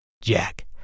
Jack